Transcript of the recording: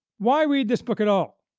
why read this book at all?